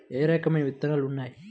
ఏ రకమైన విత్తనాలు ఉన్నాయి?